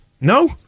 No